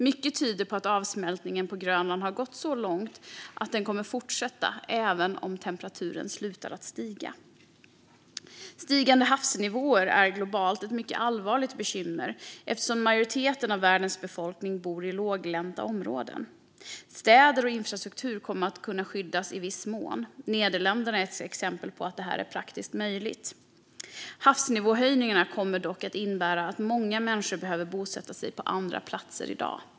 Mycket tyder på att avsmältningen på Grönland har gått så långt att den kommer att fortsätta även om temperaturen slutar att stiga. Stigande havsnivåer är globalt ett mycket allvarligt bekymmer, eftersom majoriteten av världens befolkning bor i låglänta områden. Städer och infrastruktur kommer att kunna skyddas i viss mån. Nederländerna är ett exempel på att det är praktiskt möjligt. Havsnivåhöjningarna kommer dock att innebära att många människor behöver bosätta sig på andra platser.